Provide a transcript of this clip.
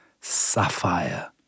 sapphire